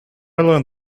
learned